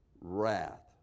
wrath